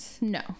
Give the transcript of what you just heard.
no